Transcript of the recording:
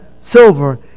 silver